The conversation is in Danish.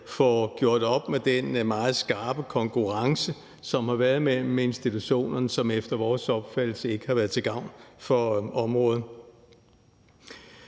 får gjort op med den meget skarpe konkurrence, som har været mellem institutionerne, som efter vores opfattelse ikke har været til gavn for området.